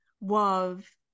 love